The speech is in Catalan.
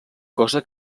cosa